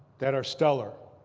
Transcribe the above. that are stellar